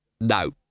No